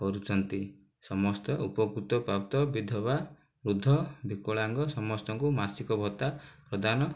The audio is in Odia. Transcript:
କରୁଛନ୍ତି ସମସ୍ତେ ଉପକୃତ ପ୍ରାପ୍ତ ବିଧବା ବୃଦ୍ଧ ବିକଳାଙ୍ଗ ସମସ୍ତଙ୍କୁ ମାସିକ ଭତ୍ତା ପ୍ରଦାନ